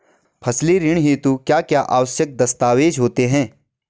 फसली ऋण हेतु क्या क्या आवश्यक दस्तावेज़ होते हैं?